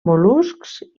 mol·luscs